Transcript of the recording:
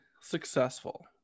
successful